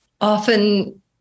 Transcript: often